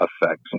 effects